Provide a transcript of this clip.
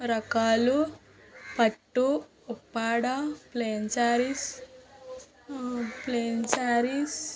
రకాలు పట్టు Uppada plain saris plain saris